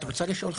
תודה.